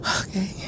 Okay